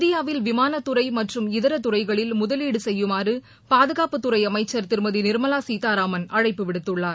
இந்தியாவில் விமானத்துறை மற்றும் இதர துறைகளில் முதலீடு செய்யுமாறு பாதுகாப்புத்துறை அமைச்சர் திருமதி நிர்மலா சீதாராமன் அழைப்பு விடுத்துள்ளார்